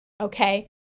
okay